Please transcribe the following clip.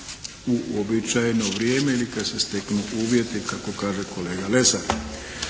u uobičajeno vrijeme ili kad se steknu uvjeti kako kaže kolega Lesar.